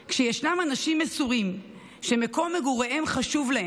כשישנם אנשים מסורים שמקום מגוריהם חשוב להם,